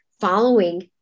following